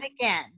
again